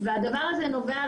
והדבר הזה נובע,